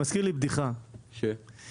אתה מזכיר לי בדיחה: יזם